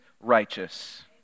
righteous